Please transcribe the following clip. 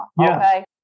Okay